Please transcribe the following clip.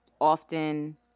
often